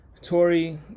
Tory